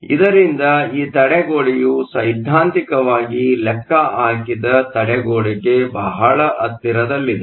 ಇದರಿಂದ ಈ ತಡೆಗೋಡೆಯು ಸೈದ್ಧಾಂತಿಕವಾಗಿ ಲೆಕ್ಕಹಾಕಿದ ತಡೆಗೋಡೆಗೆ ಬಹಳ ಹತ್ತಿರದಲ್ಲಿದೆ